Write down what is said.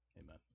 Amen